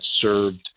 served